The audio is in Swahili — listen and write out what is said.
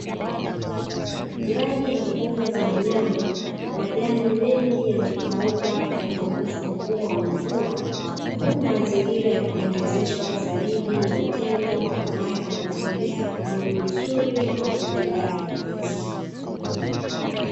Ndani ya mbuga za wanyama majani mengi yamekauka kwa upungufu mkubwa kwa mvua, huku mazingira yakipendezeshwa zaidi na tembo ambaye anatembea mwendo mzuri wa kujidai.